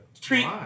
Treat